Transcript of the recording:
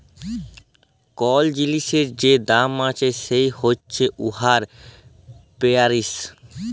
call জিলিসের যে দাম আছে সেট হছে উয়ার পেরাইস